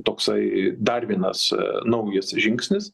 toksai dar vienas naujas žingsnis